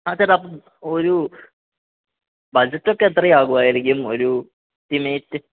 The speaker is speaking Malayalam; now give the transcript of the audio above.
ആ ചേട്ടാ മ്മ് ഒരു ബഡ്ജറ്റൊക്കെ എത്രയാകുവായിരിക്കും ഒരു എസ്റ്റിമേറ്റ്